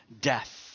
death